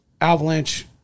avalanche